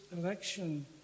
election